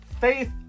faith